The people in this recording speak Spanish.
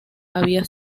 había